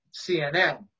CNN